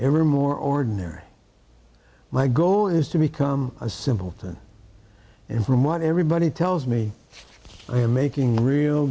ever more ordinary my goal is to become a simpleton and from what everybody tells me i am making real